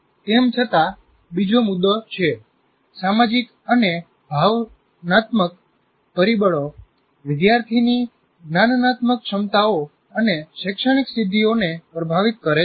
તેમ છતાં બીજો મુદ્દો છે સામાજિક અને ભાવનાત્મક પરિબળો વિદ્યાર્થીની જ્ઞાનનાત્મક ક્ષમતાઓ અને શૈક્ષણિક સિદ્ધિઓને પ્રભાવિત કરે છે